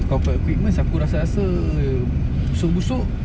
tak apa equipment aku rasa-rasa busuk-busuk